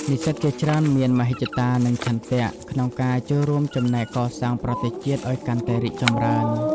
និស្សិតជាច្រើនមានមហិច្ឆតា និងឆន្ទៈក្នុងការចូលរួមចំណែកកសាងប្រទេសជាតិឲ្យកាន់តែរីកចម្រើន។